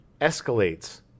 escalates